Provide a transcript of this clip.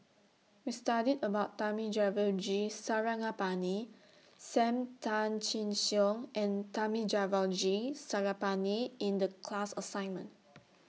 We studied about Thamizhavel G Sarangapani SAM Tan Chin Siong and Thamizhavel G Sarangapani in The class assignment